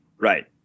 right